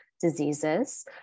diseases